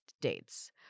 dates